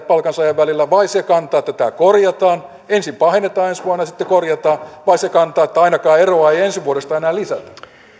palkansaajan välillä vai se kanta että tämä korjataan ensin pahennetaan ensi vuonna ja sitten korjataan vai se kanta että ainakaan eroa ei ensi vuodesta enää lisätä